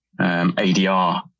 ADR